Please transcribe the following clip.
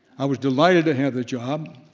i was delighted to have the job,